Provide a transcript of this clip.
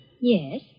Yes